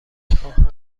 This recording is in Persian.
خواهم